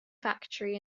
factory